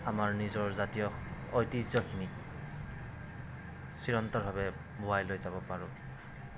আমাৰ নিজৰ জাতীয় ঐতিহ্যখিনি চিৰন্তৰভাৱে বোৱাই লৈ যাব পাৰোঁ